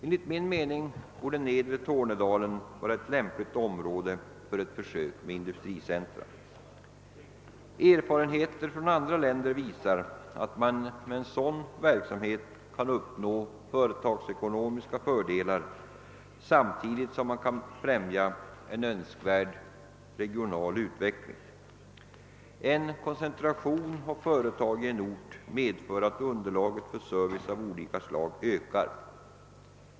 Enligt min mening bor de nedre Tornedalen vara ett lämpligt område för försök med industricentra. Erfarenheter från andra länder visar att man med en sådan verksamhet kan uppnå företagsekonomiska fördelar, samtidigt som en önskvärd regional utveckling befrämjas. En koncentration av företag i en ort medför att underlaget för service av olika slag ökar.